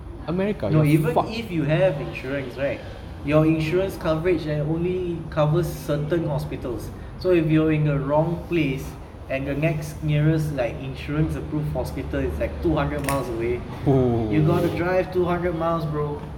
even if you have insurance right your insurance coverage eh only covers certain hospitals so reviewing the wrong place and the next nearest like insurance approved hospital is at two hundred miles away you gonna drive two hundred miles bro